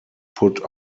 put